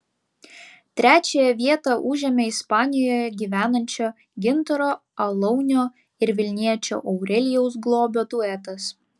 trečiąją vietą užėmė ispanijoje gyvenančio gintaro alaunio ir vilniečio aurelijaus globio duetas